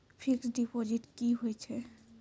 Fixed deposit की होय छै?